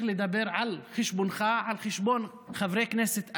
לדבר על חשבונך ועל חשבון חברי כנסת אחרים,